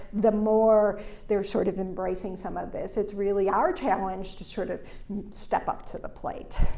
the more they're sort of embracing some of this. it's really our challenge to sort of step up to the plate.